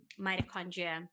mitochondria